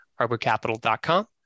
harborcapital.com